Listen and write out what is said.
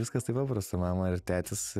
viskas taip paprasta mama ir tetis